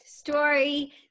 Story